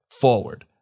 forward